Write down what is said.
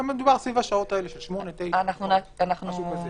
מדובר סביב השעות האלה של 09:00-08:00, משהו כזה.